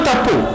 Tapu